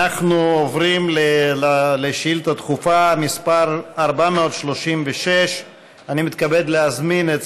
אנחנו עוברים לשאילתה דחופה מס' 436. אני מתכבד להזמין את